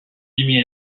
jimi